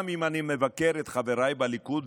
גם אם אני מבקר את חבריי בליכוד,